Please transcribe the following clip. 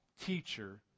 teacher